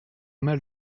mal